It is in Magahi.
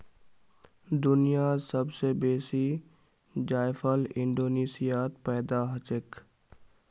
दुनियात सब स बेसी जायफल इंडोनेशियात पैदा हछेक